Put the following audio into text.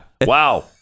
Wow